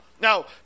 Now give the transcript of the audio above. Now